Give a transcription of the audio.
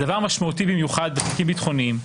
הדבר משמעותי במיוחד בתיקים ביטחוניים,